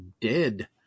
dead